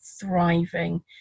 thriving